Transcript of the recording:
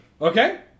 Okay